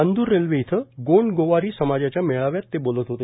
Chandur railway इथं गोंड गोवारी समाजाच्या मेळाव्यात ते बोलत होते